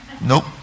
nope